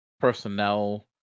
personnel